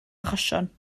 achosion